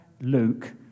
Luke